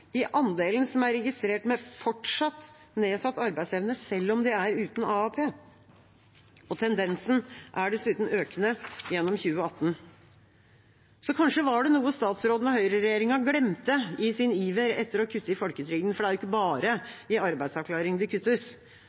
i andelen som er registrert med fortsatt nedsatt arbeidsevne, selv om de er uten AAP. Tendensen er dessuten økende gjennom 2018. Så kanskje var det noe statsråden og høyreregjeringa glemte i sin iver etter å kutte i folketrygden, for det er ikke bare i arbeidsavklaring det kuttes.